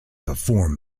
perform